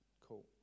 cool